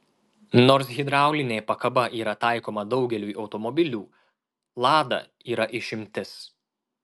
nors hidraulinė pakaba yra taikoma daugeliui automobilių lada yra išimtis